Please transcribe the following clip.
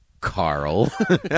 Carl